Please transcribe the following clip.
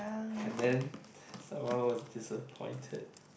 and then someone was disappointed